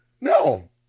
No